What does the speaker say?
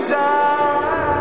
die